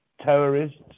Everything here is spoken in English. terrorists